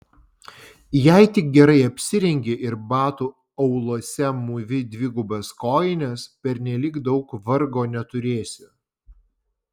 jei tik gerai apsirengi ir batų auluose mūvi dvigubas kojines pernelyg daug vargo neturėsi